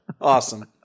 Awesome